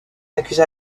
accuse